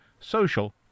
social